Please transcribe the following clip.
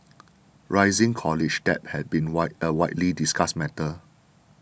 rising college debt has been wide a widely discussed matter